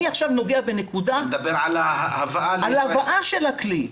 אני עכשיו נוגע בנקודה של ההבאה של הכלי.